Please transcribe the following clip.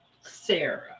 Sarah